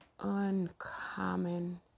uncommon